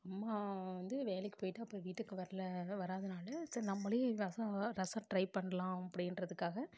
அம்மா வந்து வேலைக்கு போயிட்டு அப்புறம் வீட்டுக்கு வரல வராதனால் சரி நம்மளே ரசம் ரசம் ட்ரை பண்ணலாம் அப்படின்றதுக்காக